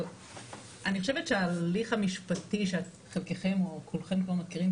אני חושבת שההליך המשפטי שחלקכם או כולכם כבר מכירים,